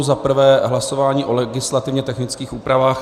Za prvé hlasování o legislativně technických úpravách.